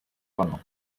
ronald